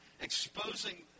exposing